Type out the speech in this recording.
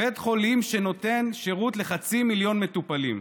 בית חולים שנותן שירות לחצי מיליון מטופלים.